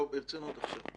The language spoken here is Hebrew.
לא, ברצינות עכשיו.